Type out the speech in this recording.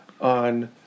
on